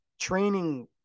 training